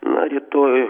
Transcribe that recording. na rytoj